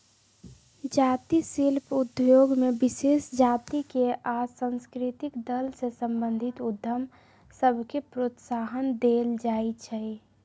जाती शिल्प उद्योग में विशेष जातिके आ सांस्कृतिक दल से संबंधित उद्यम सभके प्रोत्साहन देल जाइ छइ